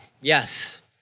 Yes